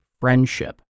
friendship